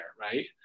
right